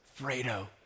Fredo